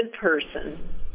person